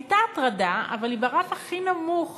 הייתה הטרדה, אבל היא ברף הכי נמוך